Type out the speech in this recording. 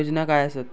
योजना काय आसत?